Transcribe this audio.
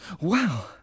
wow